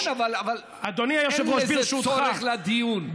אבל אין בזה צורך לדיון.